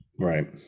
Right